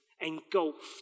engulfed